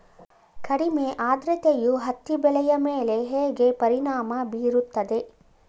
ಕಡಿಮೆ ಆದ್ರತೆಯು ಹತ್ತಿ ಬೆಳೆಯ ಮೇಲೆ ಹೇಗೆ ಪರಿಣಾಮ ಬೀರುತ್ತದೆ?